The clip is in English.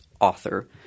author